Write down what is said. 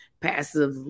passive